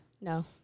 No